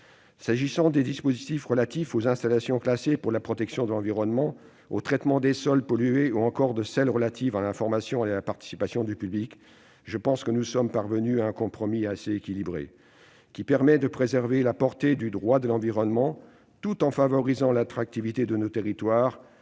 Sur les dispositions relatives aux installations classées pour la protection de l'environnement, au traitement des sols pollués ou encore les dispositions relatives à l'information et à la participation du public, nous sommes parvenus à un compromis assez équilibré, qui permet de préserver la portée du droit de l'environnement, tout en favorisant l'attractivité de nos territoires,